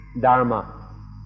dharma